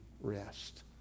rest